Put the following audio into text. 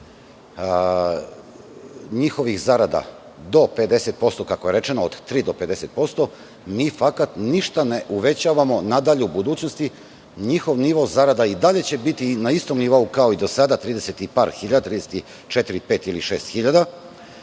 njihovih zarada do 50%, kako je rečeno od 3% do 50%, mi fakat ništa ne uvećavam, nadalje, u budućnosti, njihov nivo zarada i dalje će biti na istom nivou kao i do sada 34.000, 35.000 ili